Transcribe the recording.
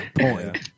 point